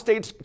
STATE'S